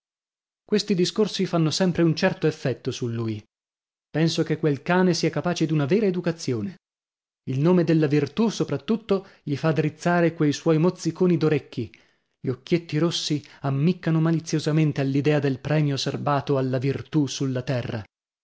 questi discorsi fanno sempre un certo effetto su lui penso che quel cane sia capace d'una vera educazione il nome della virtù sopra tutto gli fa drizzare quei suoi mozziconi d'orecchi gli occhietti rossi ammiccano maliziosamente all'idea del premio serbato alla virtù sulla terra